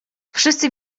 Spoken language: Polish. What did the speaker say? wszyscy